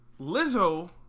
Lizzo